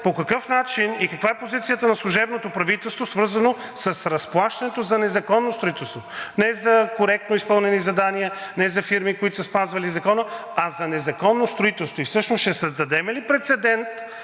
по какъв начин и каква е позицията на служебното правителство, свързано с разплащането за незаконно строителство, не за коректно изпълнени задания, не за фирми, които са спазвали закона, а за незаконно строителство? И всъщност ще създадем ли прецедент,